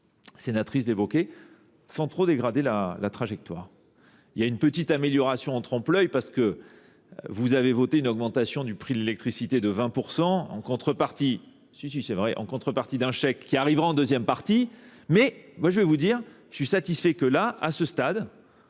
sénatrice d'évoquer, sans trop dégrader la trajectoire. Il y a une petite amélioration en trempe-l'œil parce que vous avez voté une augmentation du prix de l'électricité de 20% en contrepartie d'un chèque qui arrivera en deuxième partie. Mais je suis satisfait que là, à ce stade,